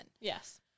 Yes